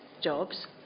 jobs